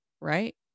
right